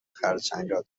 خرچنگها